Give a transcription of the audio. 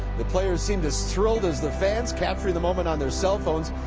the players seemed as thrilled as the fans, capturing the moment on their cell phones.